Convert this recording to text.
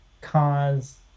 cause